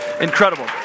Incredible